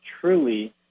truly